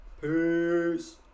Peace